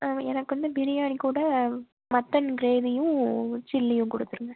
ஆ எனக்கு வந்து பிரியாணி கூட மட்டன் கிரேவியும் சில்லியும் கொடுத்துருங்க